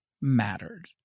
mattered